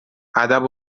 ادب